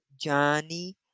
Johnny